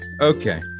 okay